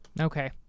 Okay